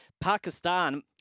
Pakistan